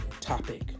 topic